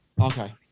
Okay